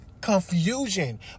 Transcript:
confusion